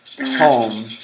home